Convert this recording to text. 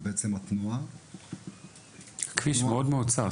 זה כביש מאוד-מאוד צר,